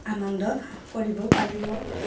আনন্দ কৰিব পাৰিব